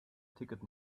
ticket